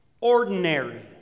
Ordinary